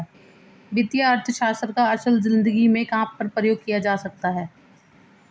वित्तीय अर्थशास्त्र का असल ज़िंदगी में कहाँ पर प्रयोग किया जा सकता है?